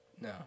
No